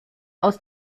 aus